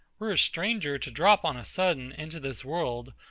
were a stranger to drop on a sudden into this world,